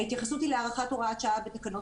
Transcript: ההתייחסות היא להארכת הוראת שעה בתקנות